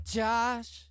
Josh